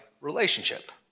relationship